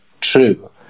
true